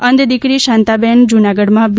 અંધ દીકરી શાંતાબેન જૂનાગઢમાં બી